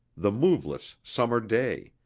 the moveless summer day,